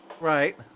Right